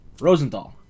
Rosenthal